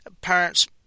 parents